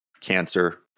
cancer